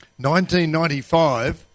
1995